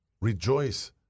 Rejoice